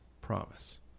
promise